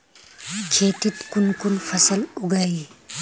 खेतीत कुन कुन फसल उगेई?